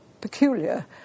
peculiar